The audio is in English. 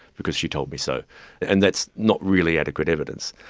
because she told me so and that's not really adequate evidence,